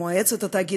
עם מועצת התאגיד,